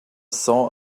saw